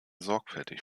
sorgfältig